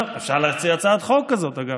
טוב, אפשר להציע הצעת חוק כזאת, אגב.